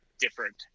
Different